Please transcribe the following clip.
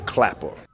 Clapper